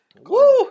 woo